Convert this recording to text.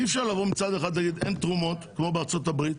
אי אפשר לבוא מצד אחד ולומר אין תרומות כמו שיש בארצות הברית,